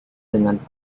dengan